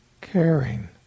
Caring